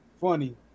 funny